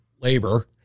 labor